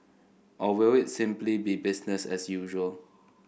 or will it simply be business as usual